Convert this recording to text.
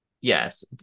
Yes